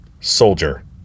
soldier